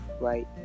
right